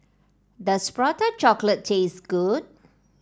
does Prata Chocolate taste good